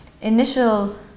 initial